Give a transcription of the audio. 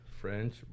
French